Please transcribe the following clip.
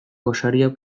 gosaria